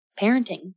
parenting